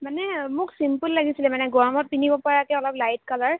মানে মোক চিম্পুল লাগিছিলে মানে গৰমত পিন্ধিব পৰাকৈ অলপ লাইট কালাৰ